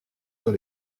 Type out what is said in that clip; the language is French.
sur